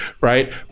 Right